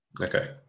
Okay